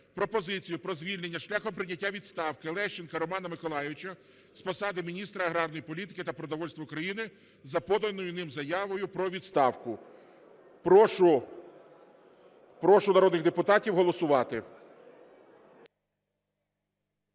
пропозицію про звільнення шляхом прийняття відставки Лещенка Романа Миколайовича з посади Міністра аграрної політики та продовольства України за поданою ним заявою про відставку. Прошу народних депутатів голосувати.